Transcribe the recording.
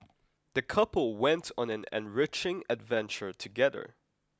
the couple went on an enriching adventure together